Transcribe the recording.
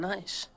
Nice